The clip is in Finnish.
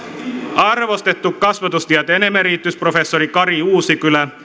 arvostettu kasvatustieteen emeritusprofessori kari uusikylä